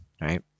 right